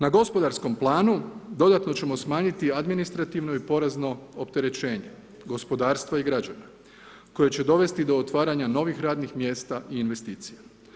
Na gospodarskom planu, dodatno ćemo smanjiti administrativno i porezno opterećenje, gospodarstvo i građana, koje će dovesti do otvaranja novih radnih mjesta i investicija.